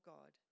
God